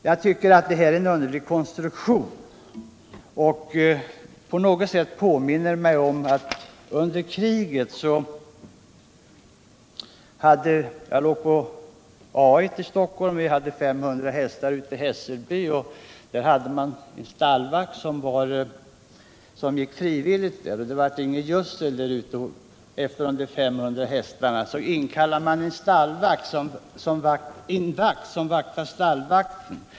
Jag tycker således att det här förslaget innebär en underlig konstruktion, och jag påminner mig i sammanhanget hur det var när jag under kriget låg på A 1 i Stockholm. Vi hade 500 hästar ute i Hässelby, och då hade vi en stallvakt som gick frivilligt. Men det blev ingen gödsel efter de där 500 hästarna, och då kallade man in en vakt som vaktade stallvakten.